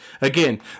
Again